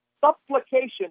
supplication